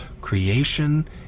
creation